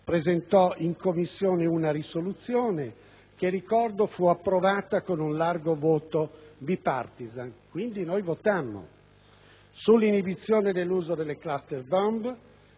presentò in Commissione una risoluzione che, ricordo, fu approvata con un largo voto *bipartisan*. Quindi, noi votammo l'inibizione dell'uso delle *cluster bomb*